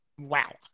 Wow